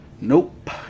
nope